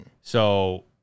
So-